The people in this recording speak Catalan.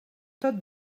tot